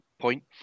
point